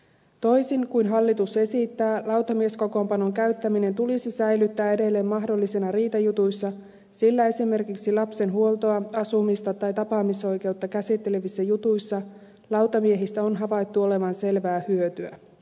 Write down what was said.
toisin kuin hallitus esittää lautamieskokoonpanon käyttäminen tulisi säilyttää edelleen mahdollisena riitajutuissa sillä esimerkiksi lapsen huoltoa asumista tai tapaamisoikeutta käsittelevissä jutuissa lautamiehistä on havaittu olevan selvää hyötyä